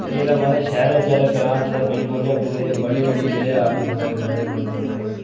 एह् ते महाराज शैह्रै च ऐ ग्राएं च ते बिलकुल बुरे बड़े मंदे हाल न महाराज बड़े मंदे बड़े मंदे